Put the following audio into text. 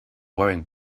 wearing